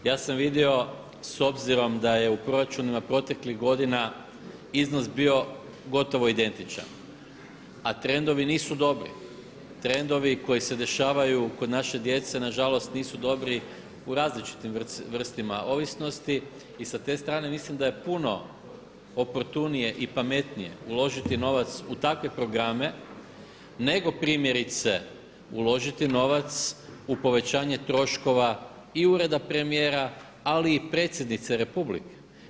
Ja sam vidio s obzirom da je u proračunima proteklih godina iznos bio gotovo identičan a trendovi nisu dobri, trendovi koji se dešavaju kod naše djece nažalost nisu dobri u različitim vrstama ovisnosti i sa te strane mislim da je puno oportunije i pametnije uložiti novac u takve programe nego primjerice uložiti novac u povećanje troškova i Ureda premijera ali i predsjednice republike.